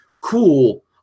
cool